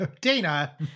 dana